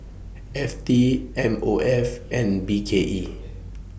F T M O F and B K E